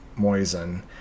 Moisen